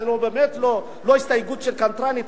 זה באמת לא הסתייגויות של קנטרנות,